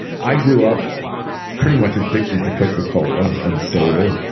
i grew up pretty much addicted to coca-cola and soda,